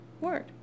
word